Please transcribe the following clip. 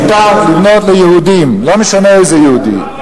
מותר לבנות ליהודים, לא משנה לאיזה יהודי.